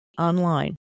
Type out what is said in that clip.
online